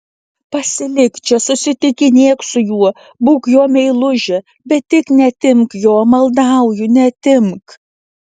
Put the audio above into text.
pasilik čia susitikinėk su juo būk jo meilužė bet tik neatimk jo maldauju neatimk